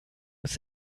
bis